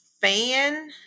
fan